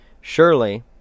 Surely